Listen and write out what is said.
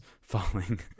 falling